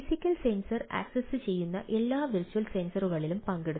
physical sensor ആക്സസ്സുചെയ്യുന്ന എല്ലാ virtual സെൻസറുകളിലും പങ്കിടുന്നു